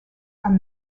are